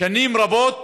שנים רבות